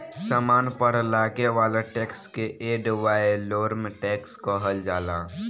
सामान पर लागे वाला टैक्स के एड वैलोरम टैक्स कहल जाला